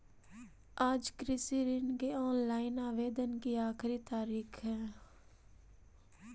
आज कृषि ऋण के ऑनलाइन आवेदन की आखिरी तारीख हई